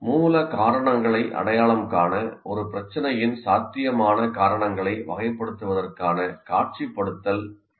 மூல காரணங்களை அடையாளம் காண ஒரு பிரச்சினையின் சாத்தியமான காரணங்களை வகைப்படுத்துவதற்கான காட்சிப்படுத்தல் கருவியாகும்